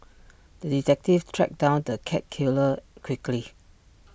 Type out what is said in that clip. the detective tracked down the cat killer quickly